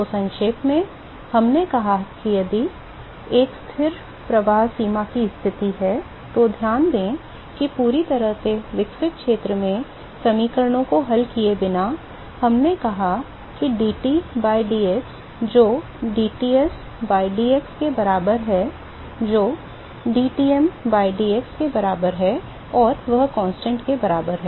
तो संक्षेप में हमने कहा कि यदि यह एक स्थिर प्रवाह सीमा की स्थिति है तो ध्यान दें कि पूरी तरह से विकसित क्षेत्र में समीकरणों को हल किए बिना हमने कहा कि dT by dx जो dTs by dx के बराबर है जो dTm by dx के बराबर है और वहकांस्टेंट के बराबर है